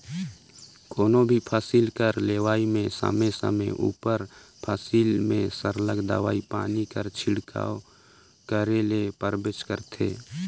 कोनो भी फसिल कर लेवई में समे समे उपर फसिल में सरलग दवई पानी कर छिड़काव करे ले परबेच करथे